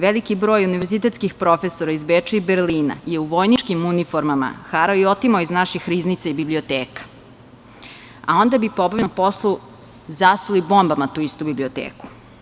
Veliki broj univerzitetskih profesora iz Beča i Berlina je u vojničkim uniformama harao i otimao iz naših riznica i biblioteka, a onda bi po obavljenom poslu zasuli bombama tu istu biblioteku.